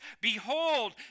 behold